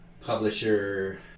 publisher